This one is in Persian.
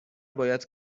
باید